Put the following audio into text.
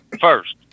First